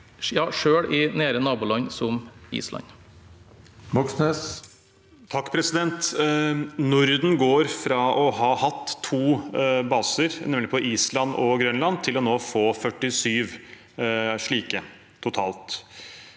selv i nære naboland som Island.